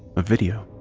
a video.